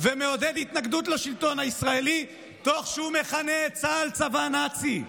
ומעודד התנגדות לשלטון הישראלי תוך שהוא מכנה את צה"ל צבא נאצי.